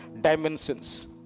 dimensions